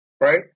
right